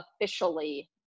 officially